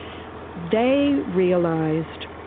they realized